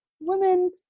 women